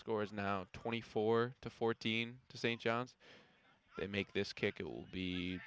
scores now twenty four to fourteen st johns they make this kick it will be